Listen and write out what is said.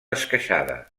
esqueixada